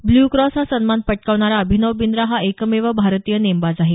blue cross हा सन्मान पटकावणारा अभिनव बिंद्रा हा एकमेव भारतीय नेमबाज आहे